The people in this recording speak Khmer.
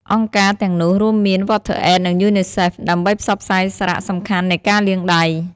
អង្គការទាំងនោះរួមមាន វ័តធឺអេត និងយូនីសេហ្វ ដើម្បីផ្សព្វផ្សាយសារៈសំខាន់នៃការលាងដៃ។